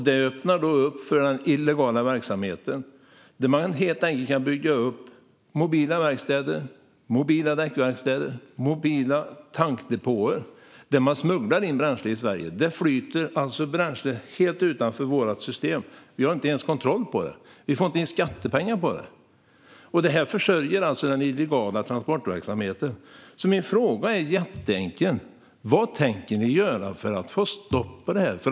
Detta öppnar för illegal verksamhet. Man kan bygga upp mobila verkstäder och däckverkstäder, och man smugglar in bränsle till mobila tankdepåer. Det flyter bränsle utanför vårt system som vi inte har kontroll på och inte får in några skattepengar på. Detta försörjer den illegala transportverksamheten. Min fråga är jätteenkel: Vad tänker ni göra för att få stopp på detta?